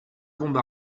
bombe